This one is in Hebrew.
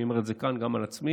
אני אומר את זה כאן גם על עצמי,